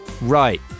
Right